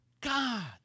God